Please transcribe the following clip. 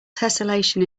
tesselation